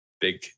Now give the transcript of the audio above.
big